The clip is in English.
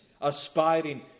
aspiring